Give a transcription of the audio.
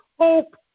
hope